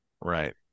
right